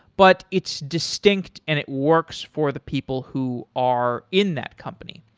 but it's distinct and it works for the people who are in that company.